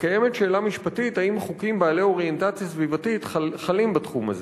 וקיימת שאלה משפטית: האם חוקים בעלי אוריינטציה סביבתית חלים בתחום הזה?